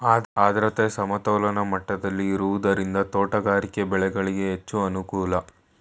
ಆದ್ರತೆ ಸಮತೋಲನ ಮಟ್ಟದಲ್ಲಿ ಇರುವುದರಿಂದ ತೋಟಗಾರಿಕೆ ಬೆಳೆಗಳಿಗೆ ಹೆಚ್ಚು ಅನುಕೂಲ